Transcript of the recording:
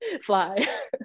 fly